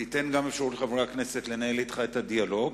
תיתן גם אפשרות לחברי הכנסת לנהל אתך את הדיאלוג,